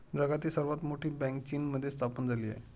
जगातील सर्वात मोठी बँक चीनमध्ये स्थापन झाली आहे